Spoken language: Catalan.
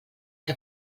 que